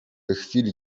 chwili